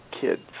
kids